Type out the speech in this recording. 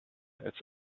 its